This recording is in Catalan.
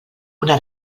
una